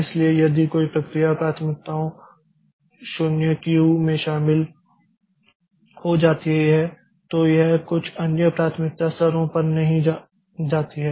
इसलिए यदि कोई प्रक्रिया प्राथमिकताओं 0 क्यू में शामिल हो जाती है तो यह कुछ अन्य प्राथमिकता स्तरों पर नहीं जाती है